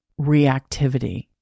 reactivity